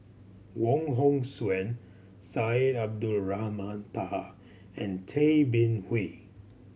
Wong Hong Suen Syed Abdulrahman Taha and Tay Bin Wee